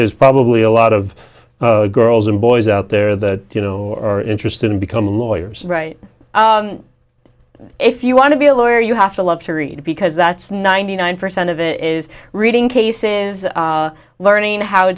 there's probably a lot of girls and boys out there that you know or interested in becoming lawyers right if you want to be a lawyer you have to love to read because that's ninety nine percent of it is reading cases learning how